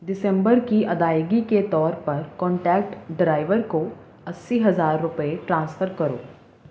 دسمبر کی ادائیگی کے طور پر کانٹیکٹ ڈرائیور کو اَسی ہزار روپے ٹرانسفر کرو